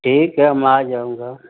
ठीक है हम आ जाऊँगा